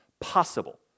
possible